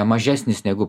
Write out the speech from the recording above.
mažesnis negu